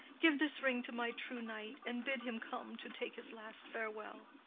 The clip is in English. give this ring to my true knight and bid him come to take his last farewell.